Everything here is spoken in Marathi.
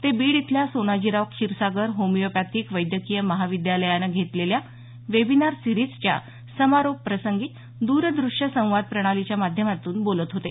ते बीड इथल्या सोनाजीराव क्षीरसागर होमिओपॅथिक वैद्यकीय महाविद्यालयानं घेतलेल्या वेबिनार सीरिजच्या समारोप प्रसंगी दरदृश्य संवाद प्रणालीच्या माध्यमातून बोलत होते